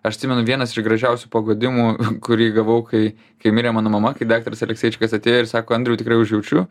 aš atsimenu vienas iš gražiausių paguodinimų kurį gavau kai kai mirė mano mama kai daktaras alekseičikas atėjo ir sako andriau tikrai užjaučiu